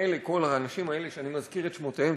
כל האנשים האלה שאני מזכיר את שמותיהם,